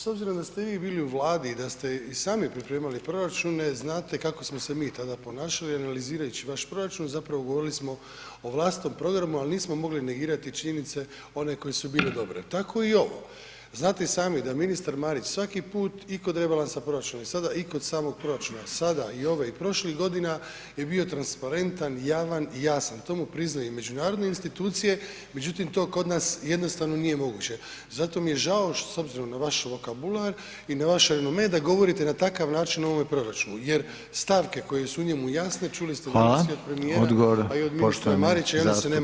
S obzirom da ste vi bili u Vladi i da ste i sami pripremali proračune znate kako smo se mi tada ponašali i analizirajući vaš proračun zapravo govorili smo o vlastitom programu, ali nismo mogli negirati činjenice one koje su bile dobre, tako i ovo, znate i sami da ministar Marić svaki put i kod rebalansa proračuna i sada i kod samog proračuna sada i ove i prošlih godina je bio transparentan, javan i jasan, to mu priznaju i međunarodne institucije, međutim to kod nas jednostavno nije moguće, zato mi je žao s obzirom na vaš vokabular i na vaš renome da govorite na takav način o ovome proračunu jer stavke koje su u njemu jasne, čuli ste [[Upadica: Hvala]] [[Govornik se ne razumije]] od premijera, [[Upadica: Odgovor poštovane zastupnice…]] a i od ministra Marića i one se ne mogu pobiti.